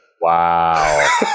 Wow